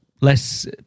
less